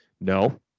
No